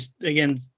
again